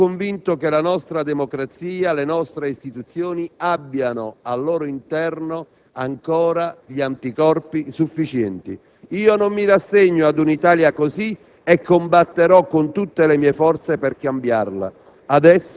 Sono convinto che la nostra democrazia e le nostre istituzioni abbiano al loro interno ancora gli anticorpi sufficienti. Non mi rassegno ad un'Italia così e combatterò con tutte le mie forze per cambiarla.